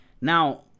Now